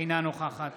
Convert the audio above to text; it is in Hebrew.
אינה נוכחת